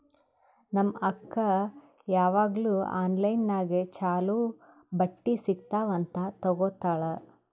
ನಮ್ ಅಕ್ಕಾ ಯಾವಾಗ್ನೂ ಆನ್ಲೈನ್ ನಾಗೆ ಛಲೋ ಬಟ್ಟಿ ಸಿಗ್ತಾವ್ ಅಂತ್ ತಗೋತ್ತಾಳ್